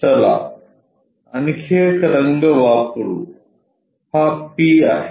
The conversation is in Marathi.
चला आणखी एक रंग वापरू हा P आहे